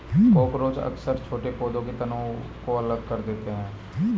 cockroach अक्सर छोटे पौधों के तनों को अलग कर देते हैं